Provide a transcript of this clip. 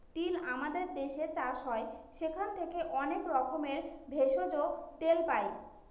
তিল আমাদের দেশে চাষ হয় সেখান থেকে অনেক রকমের ভেষজ, তেল পাই